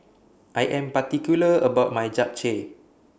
I Am particular about My Japchae